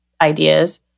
ideas